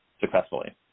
successfully